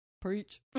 Preach